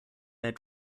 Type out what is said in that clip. their